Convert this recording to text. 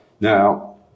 Now